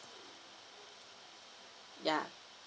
ya